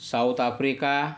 South Africa